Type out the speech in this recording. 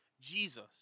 Jesus